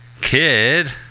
Kid